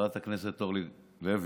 חברת הכנסת אורלי לוי,